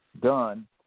done